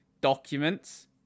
documents